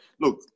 look